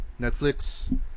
Netflix